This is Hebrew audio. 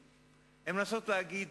הן מנסות להעמיד פנים.